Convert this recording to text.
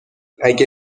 اگه